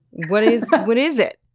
what is but what is it?